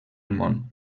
món